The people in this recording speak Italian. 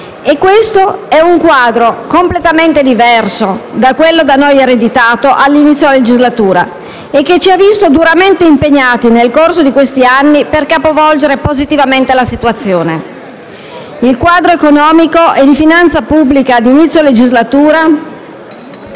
fondamentali. Il quadro è completamente diverso da quello da noi ereditato a inizio legislatura, che ci ha visto duramente impegnati nel corso di questi anni per capovolgere in positivo la situazione. Il quadro economico e di finanza pubblica di inizio legislatura